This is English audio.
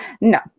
No